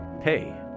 Pay